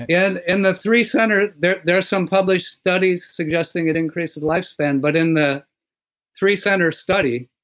yeah and in the three-center, there there are some published studies suggesting it increased the lifespan, but in the three-center study,